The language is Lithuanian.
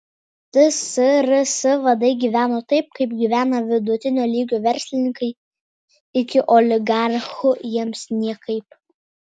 tsrs vadai gyveno taip kaip gyvena vidutinio lygio verslininkai iki oligarchų jiems niekaip